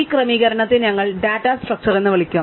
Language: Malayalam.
ഈ ക്രമീകരണത്തെ ഞങ്ങൾ ഡാറ്റ സ്ട്രക്ചേർ എന്ന് വിളിക്കും